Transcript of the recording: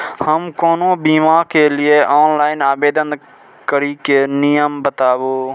हम कोनो बीमा के लिए ऑनलाइन आवेदन करीके नियम बाताबू?